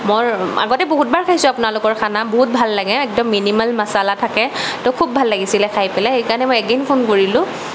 মোৰ আগতে বহুতবাৰ খাইছোঁ আপোনালোকৰ খানা বহুত ভাল লাগে একদম মিনিমাল মচলা থাকে তৌ খুব ভাল লাগিছিল খাই পেলাই সেইকাৰণে মই এগেইন ফোন কৰিলোঁ